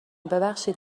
ببخشید